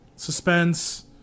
suspense